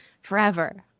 forever